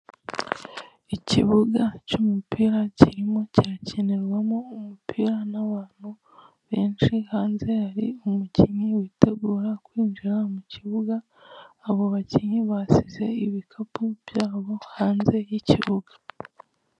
Ikibuga cy'umupira kirimo cyirakinirwamo umupira n'abantu benshi, hanze hari umukinnyi witegura kwinjira mu kibuga, abo bakinnyi basize ibikapu byabo hanze y'ikibuga.